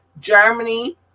Germany